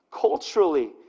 Culturally